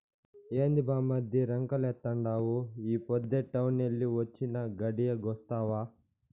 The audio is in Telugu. ఏంది బామ్మర్ది రంకెలేత్తండావు ఈ పొద్దే టౌనెల్లి వొచ్చినా, గడియాగొస్తావా